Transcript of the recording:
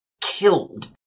killed